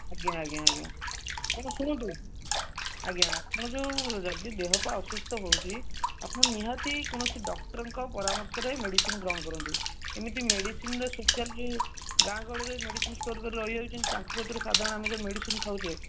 ଆଜ୍ଞା ଆଜ୍ଞା ଆଜ୍ଞା ଆଜ୍ଞା ଶୁଣନ୍ତୁ ଆଜ୍ଞା ଆପଣ ଯେଉଁ ଯଦି ଦେହପା ଅସୁସ୍ଥ ହେଉଛି ଆପଣ ନିହାତି କୌଣସି ଡକ୍ଟରଙ୍କ ପରାମର୍ଶରେ ମେଡ଼ିସିନ୍ ଗ୍ରହଣ କରନ୍ତୁ ଏମତି ମେଡ଼ିସିନ୍ ଗାଁ ଗହଳିରେ ମେଡ଼ିସିନ୍ ଷ୍ଟୋର୍ କରି ରହିଯାଇଛନ୍ତି ତାଙ୍କ କତିରୁ ସାଧାରଣ ଆମେ ଯେଉଁ ମେଡ଼ିସିନ୍ ଖାଉଛେ